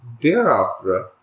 thereafter